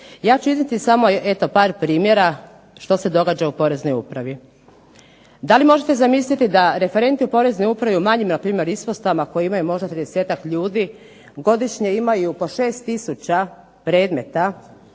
Ja ću iznijeti samo eto par primjera što se događa u poreznoj upravi. Da li možete zamisliti da referenti u poreznoj upravi u manjim npr. ispostavama koji imaju možda 30-ak ljudi godišnje imaju po 6 tisuća predmeta